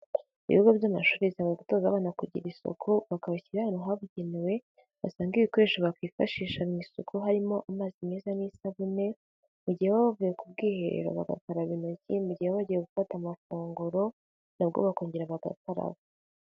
Ibigo by'amashuri bisabwa gutoza abana kugira isuku bakabishyira ahantu habugenewe, basanga ibikoresho bakifashisha mu isuku harimo amazi meza n'isabune, mu gihe ba bavuye ku bwiherero bagakaraba intoki gihe bagiye gufata amafunguro nabwo bakongera bagakaraba.